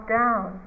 down